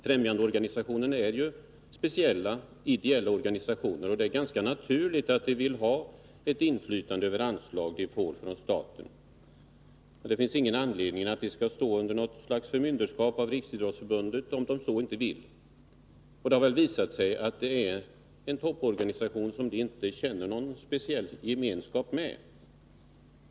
Främjandeorganisationerna är speciella, ideella organisationer, och det är naturligt att man vill ha inflytande över de anslag organisationerna får från staten. Det finns ingen anledning till att dessa organisationer skall stå under något slags förmynderskap av Riksidrottsförbundet om de inte vill. Det har visat sig att Riksidrottsförbundet är en topporganisation som de inte känner någon speciell gemenskap med.